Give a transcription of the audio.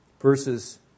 verses